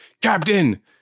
Captain